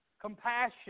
compassion